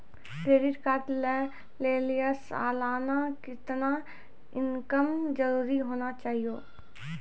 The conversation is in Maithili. क्रेडिट कार्ड लय लेली सालाना कितना इनकम जरूरी होना चहियों?